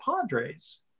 Padres